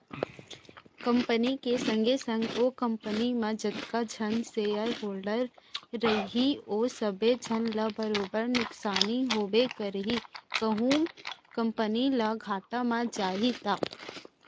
company के संगे संग ओ कंपनी म जतका झन सेयर होल्डर रइही ओ सबे झन ल बरोबर नुकसानी होबे करही कहूं कंपनी ह घाटा म जाही त